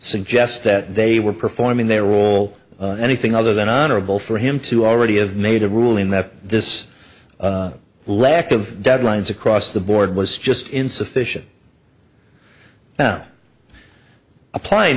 that they were performing their role in anything other than honorable for him to already have made a ruling that this lack of deadlines across the board was just insufficient now applying